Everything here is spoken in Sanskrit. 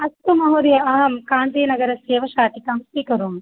अस्तु महोदय अहं काञ्चीनगरस्य एव शाटिकां स्वीकरोमि